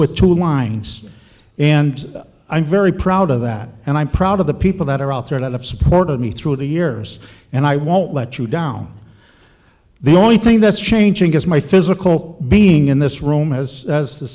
with two lines and i'm very proud of that and i'm proud of the people that are out there that have supported me through the years and i won't let you down the only thing that's changing is my physical being in this room as